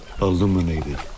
illuminated